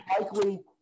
likely